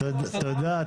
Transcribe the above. תודה.